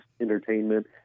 entertainment